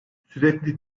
sürekli